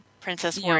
Princess